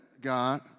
God